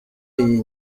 iyi